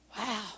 Wow